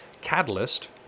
Catalyst